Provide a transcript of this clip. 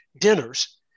dinners